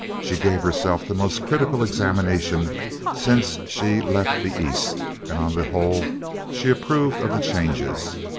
she gave herself the most critical examination since she left the east and on the whole she approved of the changes.